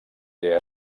què